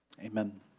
Amen